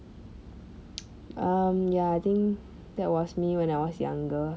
um ya I think that was me when I was younger